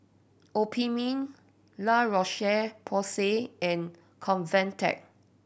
Obimin La Roche Porsay and Convatec